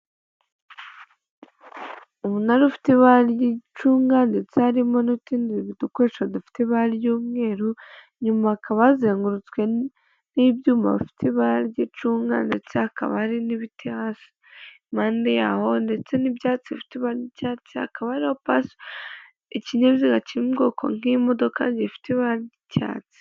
Umunara ufite ibara ry'icunga ndetse harimo n'utundi dukoresho dufite ibara ry'umweru inyuma hakaba hazengurutswe n'ibyuma bifite ibara ry'icunga ndetse hakaba hari n'ibiti hafi impande yaho ndetse n'ibyatsi bifite ibara ry'icyatsi hakaba hari ikinyabiziga kiri mu bwoko nk'imodoka gifite ibara ry'icyatsi.